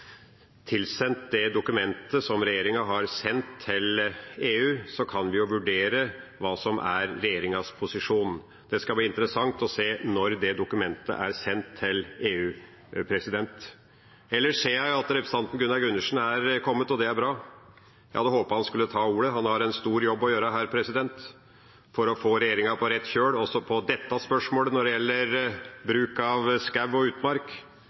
tilsendt det dokumentet som regjeringa har sendt til EU, kan vi vurdere hva som er regjeringas posisjon. Det skal bli interessant å se når det dokumentet er sendt til EU. Ellers ser jeg at representanten Gunnar Gundersen er kommet, og det er bra. Jeg hadde håpet at han skulle ta ordet. Han har en stor jobb å gjøre her for å få regjeringa på rett kjøl – også i dette spørsmålet – når det gjelder bruk av skog og utmark.